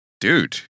dude